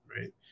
right